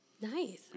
Nice